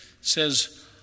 says